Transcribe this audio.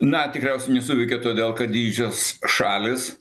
na tikriausiai nesuveikė todėl kad didžiosios šalys